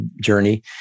journey